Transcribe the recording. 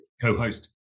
co-host